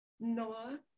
Noah